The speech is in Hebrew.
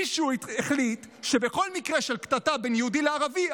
מישהו החליט שבכל מקרה של קטטה בין יהודי לערבי,